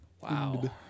Wow